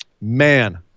man